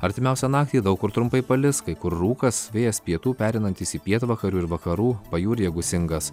artimiausią naktį daug kur trumpai palis kai kur rūkas vėjas pietų pereinantis į pietvakarių vakarų pajūryje gūsingas